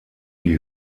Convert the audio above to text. die